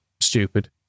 stupid